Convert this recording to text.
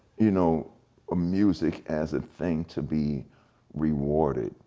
you know ah music as a thing to be rewarded,